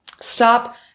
Stop